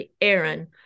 Aaron